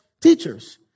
teachers